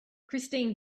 christine